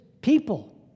People